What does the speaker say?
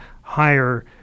higher